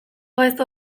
gaizto